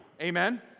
Amen